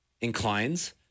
inclines